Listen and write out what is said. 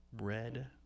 red